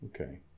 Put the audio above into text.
Okay